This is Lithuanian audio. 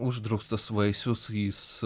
uždraustas vaisius jis